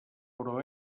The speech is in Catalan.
però